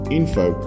info